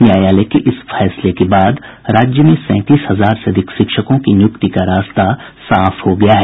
न्यायालय के इस फैसले के बाद राज्य में सैंतीस हजार से अधिक शिक्षकों की नियुक्ति का रास्ता साफ हो गया है